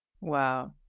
Wow